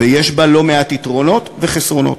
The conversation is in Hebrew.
ויש בה לא מעט יתרונות ולא מעט חסרונות.